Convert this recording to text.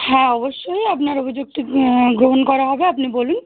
হ্যাঁ অবশ্যই আপনার অভিযোগটি গ্রহণ করা হবে আপনি বলুন